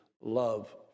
love